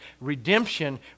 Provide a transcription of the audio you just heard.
Redemption